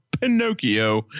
Pinocchio